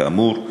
כאמור,